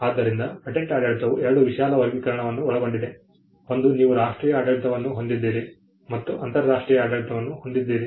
ಆದ್ದರಿಂದ ಪೇಟೆಂಟ್ ಆಡಳಿತವು ಎರಡು ವಿಶಾಲ ವರ್ಗೀಕರಣವನ್ನು ಒಳಗೊಂಡಿದೆ ಒಂದು ನೀವು ರಾಷ್ಟ್ರೀಯ ಆಡಳಿತವನ್ನು ಹೊಂದಿದ್ದೀರಿ ಮತ್ತು ಅಂತರರಾಷ್ಟ್ರೀಯ ಆಡಳಿತವನ್ನು ಹೊಂದಿದ್ದೀರಿ